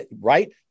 right